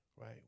Right